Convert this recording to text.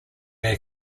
may